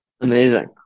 Amazing